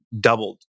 doubled